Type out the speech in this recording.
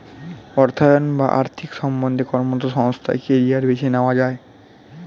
অর্থায়ন বা আর্থিক সম্বন্ধে কর্মরত সংস্থায় কেরিয়ার বেছে নেওয়া যায়